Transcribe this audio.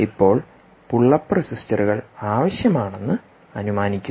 ഇപ്പോൾ pull up റെസിസ്റ്ററുകൾ ആവശ്യമാണെന്ന് അനുമാനിക്കുന്നു